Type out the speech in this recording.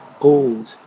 old